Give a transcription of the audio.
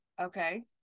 Okay